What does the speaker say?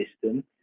system